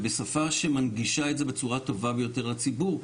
ובשפה שמנגישה את זה בצורה הטובה ביותר לציבור.